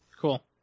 cool